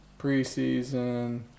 Preseason